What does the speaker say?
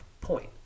point